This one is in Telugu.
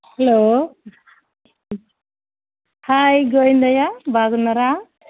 హలో హాయ్ గోవిందయ్య బాగున్నారా